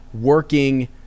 working